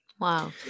Wow